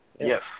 yes